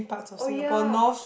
oh ya